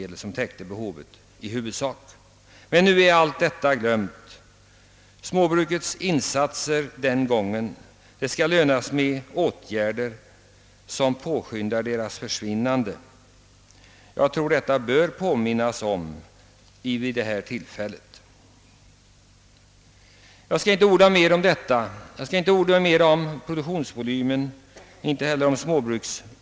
Det var också därför vi klarade oss. Nu är allt detta glömt. Småbrukarnas insatser den gången lönas nu med åtgärder som påskyndar deras försvinnande. Jag tycker det är skäl i att vid detta tillfälle påminna om den saken. Jag skall nu inte orda mer om produktionsvolymen och småbruket.